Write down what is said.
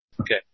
Okay